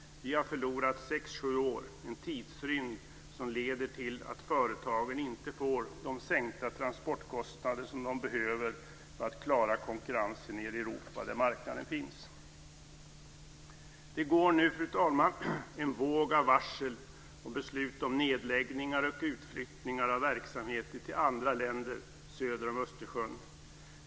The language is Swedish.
Vi har förlorat sex sju år, en tidsrymd som leder till att företagen inte får de sänkta transportkostnader som de behöver för att klara konkurrensen nere i Europa där marknaden finns. Det går nu, fru talman, en våg av varsel och beslut om nedläggningar och utflyttningar av verksamheter till andra länder söder om Östersjön.